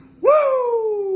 woo